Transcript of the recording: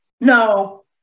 No